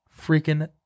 freaking